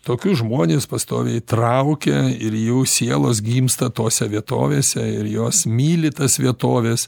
tokius žmones pastoviai įtraukia ir jų sielos gimsta tose vietovėse ir jos myli tas vietoves